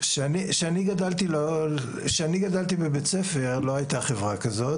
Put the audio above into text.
כשאני גדלתי בבית הספר לא הייתה חברה כזאת.